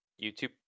YouTube